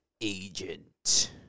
agent